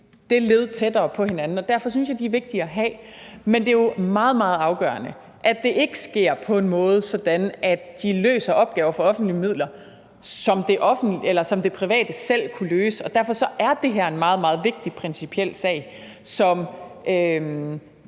de led tættere på hinanden. Derfor synes jeg, at de er vigtige at have. Men det er jo meget, meget afgørende, at det ikke sker på en måde, så de løser opgaver for offentlige midler, som det private selv kunne løse. Derfor er det her en meget, meget vigtig principiel sag, hvor